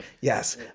Yes